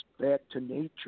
back-to-nature